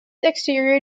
exterior